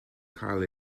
cael